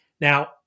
Now